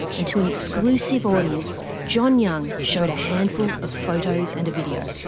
and to an exclusive audience john young showed a handful of photos and a video.